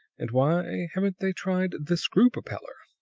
and why haven't they tried the screw-propeller?